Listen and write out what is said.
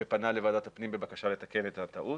ופנה לוועדת הפנים בבקשה לתקן את הטעות